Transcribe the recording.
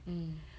mm